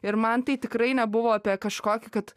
ir man tai tikrai nebuvo apie kažkokį kad